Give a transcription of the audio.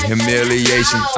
Humiliation